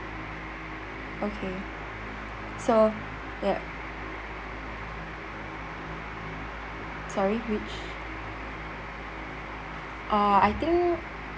okay so yup sorry which uh I think